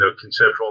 conceptual